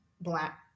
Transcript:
black